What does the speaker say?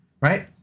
right